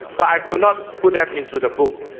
but i could not put them into the book,